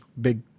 big